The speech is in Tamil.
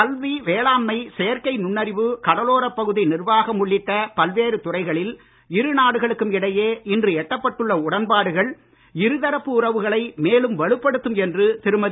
கல்வி வேளாண்மை செயற்கை நுண்ணறிவு கடலோரப் பகுதி நிர்வாகம் உள்ளிட்ட பல்வேறு துறைகளில் இருநாடுகளுக்கும் இடையே இன்று எட்டப்பட்டுள்ள உடன்பாடுகள் இருதரப்பு உறவுகளை மேலும் வலுப்படுத்தும் என்று திருமதி